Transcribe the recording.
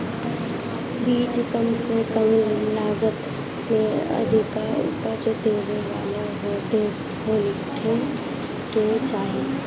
बीज कम से कम लागत में अधिका उपज देवे वाला होखे के चाही